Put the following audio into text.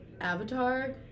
Avatar